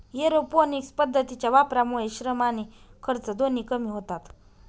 aeroponics पद्धतीच्या वापरामुळे श्रम आणि खर्च दोन्ही कमी होतात